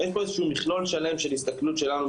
אין פה איזשהו מכלול שלם של הסתכלות שלנו,